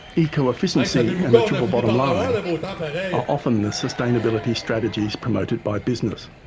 eco-efficiency and the triple bottom line are often the sustainability strategies promoted by business.